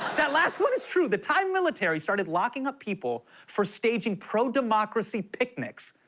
that last one is true. the thai military started locking up people for staging pro-democracy picnics.